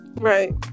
right